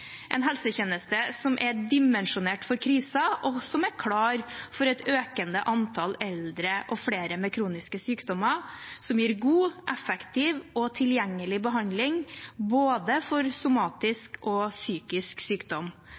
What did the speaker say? en helsetjeneste som er dimensjonert for kriser, og som er klar for et økende antall eldre og flere med kroniske sykdommer, og som gir god, effektiv og tilgjengelig behandling, både for somatisk og psykisk sykdom.